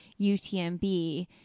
UTMB